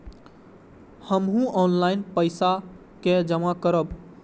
हमू ऑनलाईनपेसा के जमा करब?